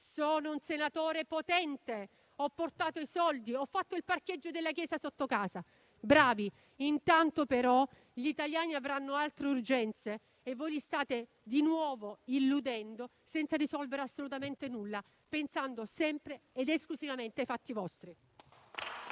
Sono un senatore potente! Ho portato i soldi, ho fatto il parcheggio della chiesa sotto casa. Bravi! Intanto, però, gli italiani avranno altro urgenze e voi li state di nuovo illudendo, senza risolvere assolutamente nulla, pensando sempre ed esclusivamente ai fatti vostri.